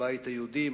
הבית היהודי,